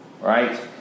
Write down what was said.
right